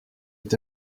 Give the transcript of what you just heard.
est